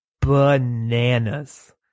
bananas